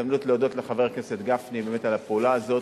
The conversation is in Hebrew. זו הזדמנות להודות לחבר הכנסת גפני באמת על הפעולה הזאת,